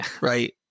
Right